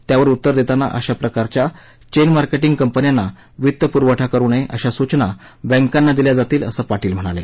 त्यावर उत्तर देताना अशा प्रकारच्या चेन मार्केटिंग कंपन्यांना वित्तपुरवठा करू नये अशा सूचना बँकांना दिल्या जातील असं पाटील म्हणाले